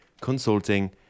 consulting